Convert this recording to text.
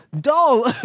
Dull